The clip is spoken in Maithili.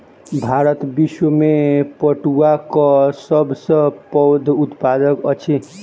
भारत विश्व में पटुआक सब सॅ पैघ उत्पादक अछि